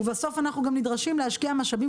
ובסוף אנחנו גם נדרשים להשקיע משאבים